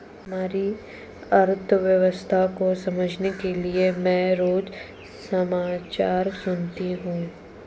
हमारी अर्थव्यवस्था को समझने के लिए मैं रोज समाचार सुनती हूँ